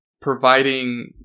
providing